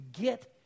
get